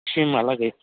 थिनआलागै